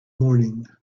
morning